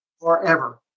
forever